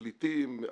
פליטים,